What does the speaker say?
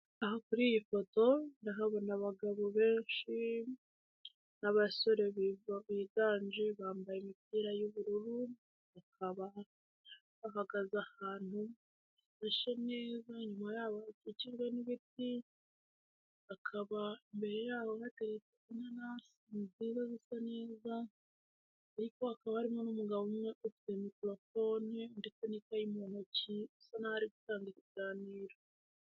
Aha kuri iyi foto ndahabona abagabo benshi n'abasore biganje bambaye imipira y'ubururu, bahagaze ahantu hashashe neza, inyuma yabo hakikijwe n'ibiti, hakaba imbere yabo hateretse inanasi imibereho n'imico myiza, ariko akaba arimo n'umugabo umwe ufite mikoro fone ndetse n'ikayi mu ntoki usa nk'aho ari gutaga ibiganiro.